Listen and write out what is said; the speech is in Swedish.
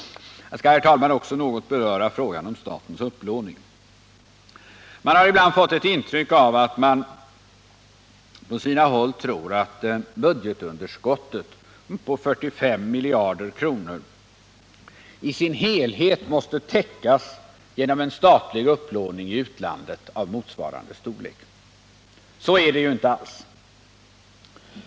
Jag skall också något beröra frågan om statens upplåning. Jag har ibland fått ett intryck av att man på sina håll tror att budgetunderskottet på 45 miljarder i sin helhet måste täckas genom en statlig upplåning av motsvarande storlek. Så är det ju inte alls.